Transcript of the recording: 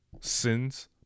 sins